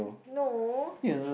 no